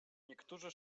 niektórzy